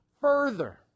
further